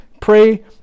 pray